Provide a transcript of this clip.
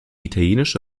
italienische